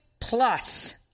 plus